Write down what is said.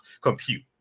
compute